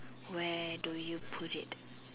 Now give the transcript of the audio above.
where do you put it